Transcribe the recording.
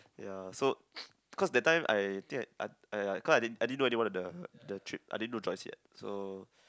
ya so cause that time I think I I cause I didn't know anyone in the trip I didn't know Joyce yet so